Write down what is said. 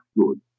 good